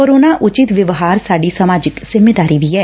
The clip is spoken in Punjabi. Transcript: ਕੋਰੋਨਾ ਉਚਿਤ ਵਿਵਹਾਰ ਸਾਡੀ ਸਮਾਜਿਕ ਜਿੰਮੇਵਾਰੀ ਵੀ ਐ